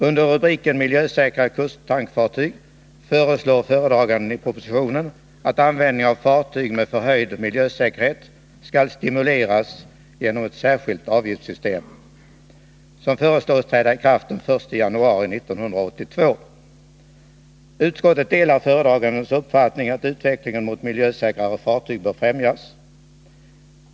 Under rubriken Miljösäkra kusttankfartyg föreslår föredraganden i propositionen att användning av fartyg med förhöjd miljösäkerhet skall stimuleras genom ett särskilt avgiftssystem, som föreslås träda i kraft den 1 januari 1982. Utskottet delar föredragandens uppfattning att utvecklingen mot miljösäkrare fartyg bör främjas.